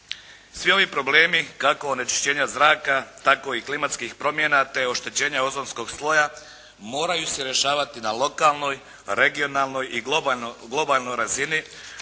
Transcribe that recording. Svi ovi problemi, kako onečišćenja zraka, tako i klimatskih promjena te oštećenja ozonskog sloja moraju se rješavati na lokalnoj, regionalnoj i globalnoj razini